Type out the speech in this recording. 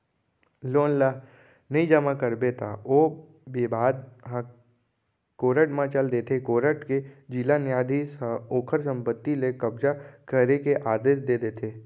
loan ल नइ जमा करबे त ओ बिबाद ह कोरट म चल देथे कोरट के जिला न्यायधीस ह ओखर संपत्ति ले कब्जा करे के आदेस दे देथे